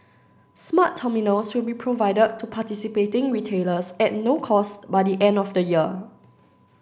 smart terminals will be provided to participating retailers at no cost by the end of the year